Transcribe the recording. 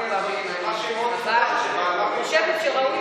אדוני היושב-ראש,